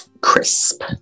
Crisp